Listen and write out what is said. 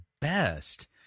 best